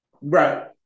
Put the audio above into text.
right